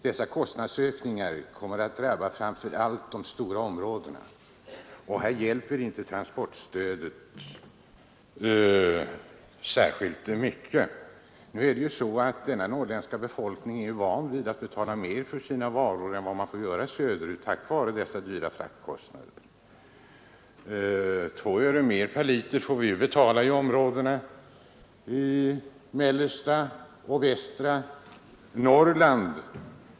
Dessa kostnadsökningar kommer att drabba främst de stora glesbygdsområdena, och här hjälper inte transportstödet särskilt mycket. Det är redan så att den norrländska befolkningen på grund av de höga fraktkostnaderna är van att få betala mer för sina varor än vad man får göra söderut. Två öre mer per liter får vi betala för drivmedlen i mellersta och västra Norrland.